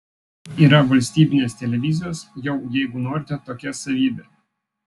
tai yra valstybinės televizijos jau jeigu norite tokia savybė